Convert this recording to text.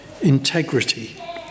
integrity